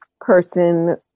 person